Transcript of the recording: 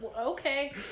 Okay